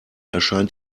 erscheint